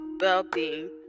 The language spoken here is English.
well-being